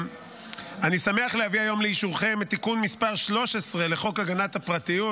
אני שמח להביא היום לאישורכם את תיקון מס' 13 לחוק הגנת הפרטיות,